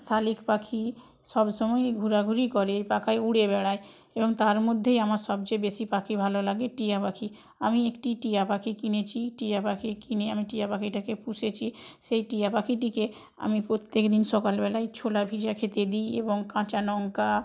শালিক পাখি সবসময়ই ঘোরাঘুরি করে পাখায় উড়ে বেড়ায় এবং তার মধ্যেই আমার সবচেয়ে বেশি পাখি ভালো লাগে টিয়া পাখি আমি একটি টিয়া পাখি কিনেছি টিয়া পাখি কিনে আমি টিয়া পাখিটাকে পুষেছি সেই টিয়া পাখিটিকে আমি প্রত্যেক দিন সকাল বেলায় ছোলা ভিজা খেতে দিই এবং কাঁচা লঙ্কা